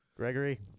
Gregory